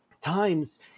times